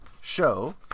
show